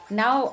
now